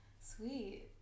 Sweet